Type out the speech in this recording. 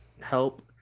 help